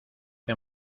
que